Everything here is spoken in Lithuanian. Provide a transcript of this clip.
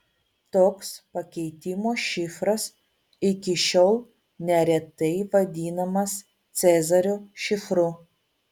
toks pakeitimo šifras iki šiol neretai vadinamas cezario šifru